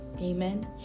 amen